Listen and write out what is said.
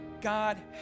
God